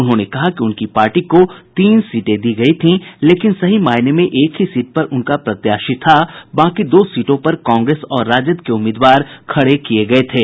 उन्होंने कहा कि उनकी पार्टी को तीन सीटें दी गयी थीं लेकिन सही मायने में एक ही सीट पर उनका प्रत्याशी था बाकी दो सीटों पर कांग्रेस और राजद के उम्मीदवार खड़े किये गये थे